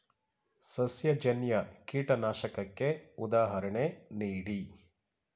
ಸಸ್ಯಜನ್ಯ ಕೀಟನಾಶಕಕ್ಕೆ ಉದಾಹರಣೆ ನೀಡಿ?